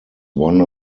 one